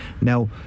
Now